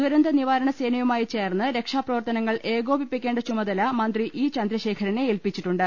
ദുരന്തനിവാരണ സേനയുമായി ചേർന്ന് രക്ഷാപ്രവർത്തനങ്ങൾ ഏകോപിപ്പിക്കേണ്ട ചുമതല മന്ത്രി ഇ ചന്ദ്രശേഖരനെ ഏൽപിച്ചിട്ടുണ്ട്